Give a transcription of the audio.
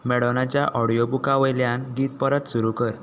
मॅडोनाच्या ऑडियोबुका वयल्यान गीत परत सुरू कर